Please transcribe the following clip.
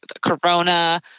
corona